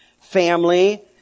family